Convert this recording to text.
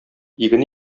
иген